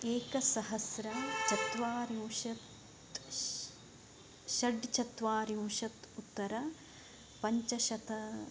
एकसहस्र चत्वारिंशत् षट्चत्वारिंशत् उत्तर पञ्चशत